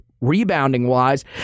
rebounding-wise